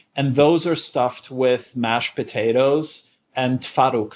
and those are stuffed with, mashed potatoes and but